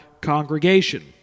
congregation